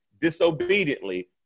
disobediently